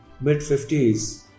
mid-50s